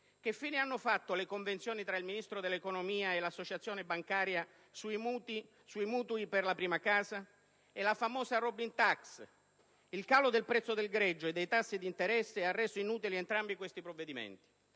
Che fine hanno fatto le convenzioni tra il Ministero dell'economia e l'Associazione bancaria sui mutui per la prima casa? E la Robin tax? Il calo del prezzo del greggio e dei tassi di interesse ha reso inutili entrambi questi provvedimenti.